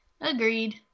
Agreed